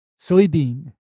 soybean